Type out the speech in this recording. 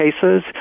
cases